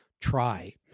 try